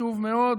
חשוב מאוד.